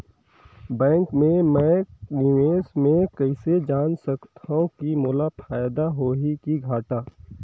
Bank मे मैं निवेश मे कइसे जान सकथव कि मोला फायदा होही कि घाटा?